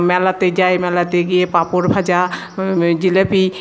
মেলাতে যাই মেলাতে গিয়ে পাঁপড় ভাঁজা জিলিপি